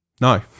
No